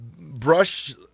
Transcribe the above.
brush –